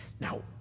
Now